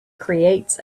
creates